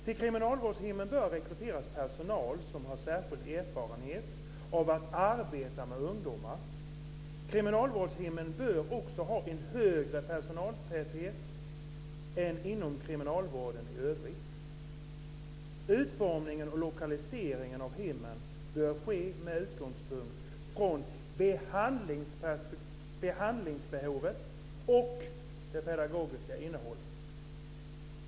Till kriminalvårdshemmen bör personal rekryteras som har särskild erfarenhet av att arbeta med ungdomar. Kriminalvårdshemmen bör också ha en högre personaltäthet än inom kriminalvården i övrigt. Utformningen och lokaliseringen av hemmen bör ske med utgångspunkt från behandlingsbehovet och det pedagogiska innehållet."